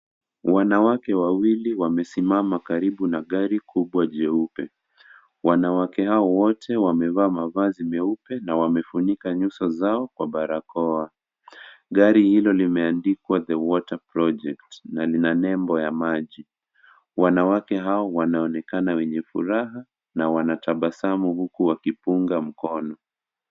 Wanawake wawili wamesima karibu na gari kubwa jeupe. Wanawake hawa wote wamevaa mavazi nyeupe na wamefunika nyuso zao kwa barakoa. Gari hilo limeandikwa the water project na lina nembo ya maji. Wanawake hao wanaonekana wenye furaha na wanatabasamu huku wakipunga mkono.